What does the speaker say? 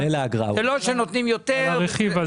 על הרכיב הזה.